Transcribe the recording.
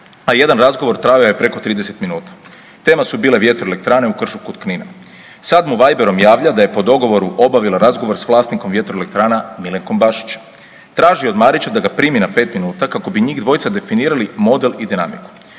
a jedan razgovor trajao je preko 30 minuta, tema su bile vjetroelektrane u Kršu kod Knina. Sad mu viberom javlja da je po dogovoru obavila razgovor s vlasnikom vjetroelektrana Milenkom Bašićem. Traži od Marića da ga primi na 5 minuta kako bi njih dvojica definirali model i dinamiku.